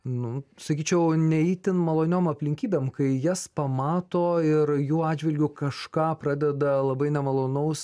nu sakyčiau ne itin maloniom aplinkybėm kai jas pamato ir jų atžvilgiu kažką pradeda labai nemalonaus